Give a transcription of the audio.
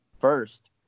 first